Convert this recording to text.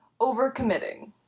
overcommitting